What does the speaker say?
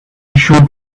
should